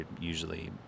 usually